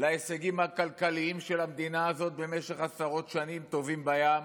להישגים הכלכליים של המדינה הזאת במשך עשרות שנים שטובעים בים,